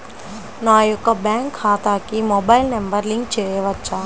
నా యొక్క బ్యాంక్ ఖాతాకి మొబైల్ నంబర్ లింక్ చేయవచ్చా?